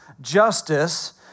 justice